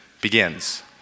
begins